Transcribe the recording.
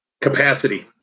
capacity